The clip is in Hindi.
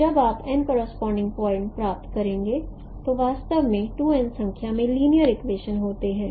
तो जब आप n करोस्पोंडिग पॉइंट प्राप्त करते हैं तो वास्तव में 2n संख्या में लिनियर इक्वेशन होते हैं